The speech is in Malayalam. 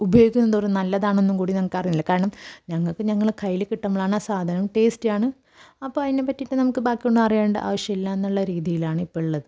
ഉപയോഗിക്കുന്തോറും നല്ലതാണോയെന്നു കൂടി നമുക്കറിയില്ല കാരണം ഞങ്ങൾക്ക് ഞങ്ങളുടെ കയ്യിൽ കിട്ടുമ്പോഴാണ് ആ സാധനം ടേസ്റ്റി ആണ് അപ്പോൾ അതിനെപ്പറ്റിയിട്ട് നമുക്ക് ബാക്കിയൊന്നും അറിയണ്ട ആവശ്യമില്ല എന്നുള്ള രീതിയിലാണ് ഇപ്പം ഉള്ളത്